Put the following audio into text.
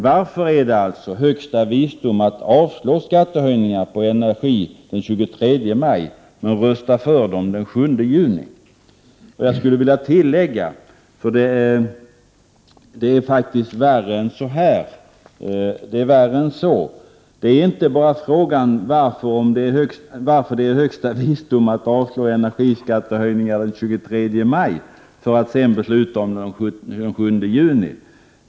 Varför är det högsta visdom att avslå skattehöjningar på energin den 23 maj, men rösta för dem den 7 juni? Jag skulle vilja tillägga — för det är faktiskt värre än så — att det inte bara är fråga om varför det är högsta visdom att avslå energiskattehöjningar den 23 maj för att sedan besluta om dem den 7 juni.